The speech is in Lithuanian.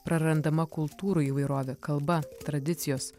prarandama kultūrų įvairovė kalba tradicijos